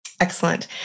Excellent